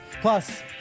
Plus